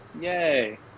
Yay